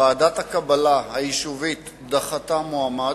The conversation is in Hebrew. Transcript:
ועדת הקבלה היישובית דחתה מועמד,